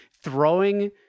throwing